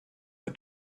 the